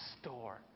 store